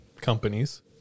companies